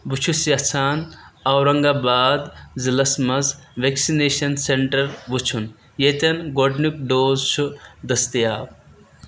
بہٕ چھُس یژھان اورنٛگ آباد ضلعس مَنٛز ویکسِنیشن سینٹر وُچھُن یتٮ۪ن گۄڈنیُک ڈوز چھُ دٔستِیاب